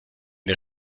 der